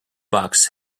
box